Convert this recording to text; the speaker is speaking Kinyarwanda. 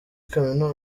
kaminuza